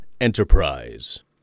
enterprise